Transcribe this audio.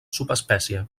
subespècie